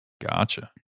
gotcha